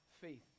faith